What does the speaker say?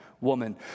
woman